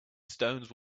stones